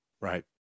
Right